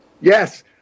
Yes